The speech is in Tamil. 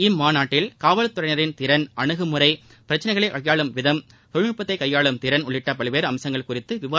இம்மாநாட்டில் காவல் துறையினரின் திறன் அணுகுமுறை பிரச்சினைகளை கைபாளும் விதம் தொழில்நுட்பத்தை கையாளும் திறன் உள்ளிட்ட பல்வேறு அம்சங்கள் குறித்து விவாதிக்கப்பட உள்ளது